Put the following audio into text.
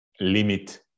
limit